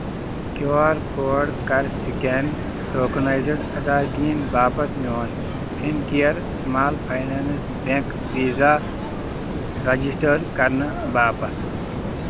Q R code کَر scan tokenized ادٲیگین باپتھ میون Fincare small finance bank visa register کرنہٕ باپتھ